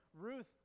Ruth